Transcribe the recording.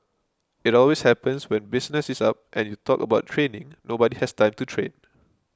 it always happens when business is up and you talk about training nobody has time to train